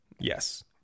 Yes